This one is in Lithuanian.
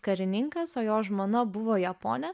karininkas o jo žmona buvo japonė